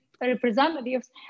representatives